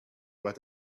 what